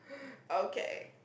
okay